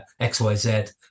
xyz